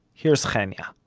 here's henya.